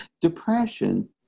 Depression